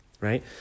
right